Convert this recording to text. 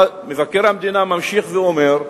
מבקר המדינה ממשיך ואומר,